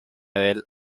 del